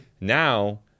Now